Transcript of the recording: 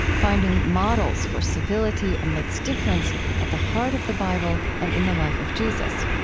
finding models for civility amidst difference at the heart of the bible and in the life of jesus.